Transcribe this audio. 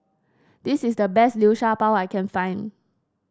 this is the best Liu Sha Bao I can find